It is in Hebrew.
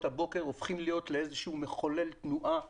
הבוקר הופכים להיות לאיזשהו מחולל תנועה